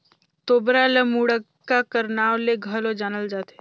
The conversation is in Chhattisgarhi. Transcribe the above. तोबरा ल मुड़क्का कर नाव ले घलो जानल जाथे